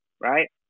right